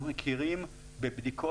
אנחנו מכירים בתקינה,